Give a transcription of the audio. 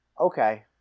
okay